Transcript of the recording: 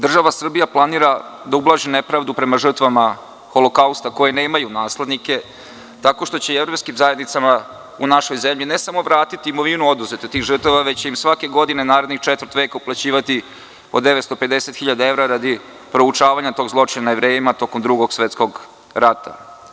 Država Srbija planira da ublaži nepravdu prema žrtvama Holokausta koji nemaju naslednike, tako što će jevrejskim zajednicama u našoj zemlji, ne samo vratiti oduzetu imovinu tih žrtava, već će im svake godine, narednih četvrt veka uplaćivati po 950 hiljada evra radi proučavanja tog zločina nad Jevrejima tokom Drugog svetskog rata.